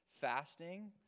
fasting